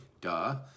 duh